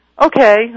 Okay